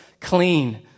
clean